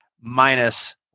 minus